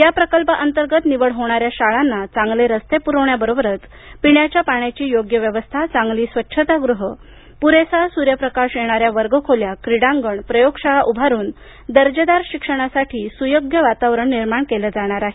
या प्रकल्पाअंतर्गत निवड होणाऱ्या शाळांना चांगले रस्ते प्रवण्याबरोबरच पिण्याच्या पाण्याची योग्य व्यवस्थाचांगली स्वच्छतागृहे प्रेसा सूर्यप्रकाश येणाऱ्या वर्गखोल्या क्रीडांगण प्रयोगशाळा उभारून दर्जेदार शिक्षणासाठी सुयोग्य वातावरण निर्माण केलं जाणार आहे